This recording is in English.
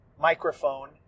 microphone